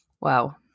Wow